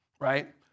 right